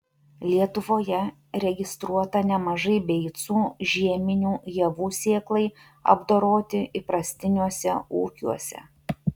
lietuvoje registruota nemažai beicų žieminių javų sėklai apdoroti įprastiniuose ūkiuose